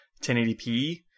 1080p